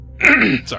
Sorry